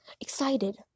excited